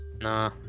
Nah